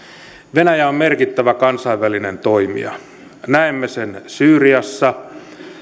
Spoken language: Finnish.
venäjä on merkittävä kansainvälinen toimija näemme sen syyriassa